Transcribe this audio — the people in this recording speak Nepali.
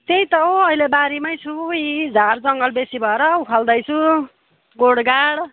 त्यही त हौ अहिले बारीमै छु यी झारजङ्गल बेसी भएर उखाल्दैछु गोडगाड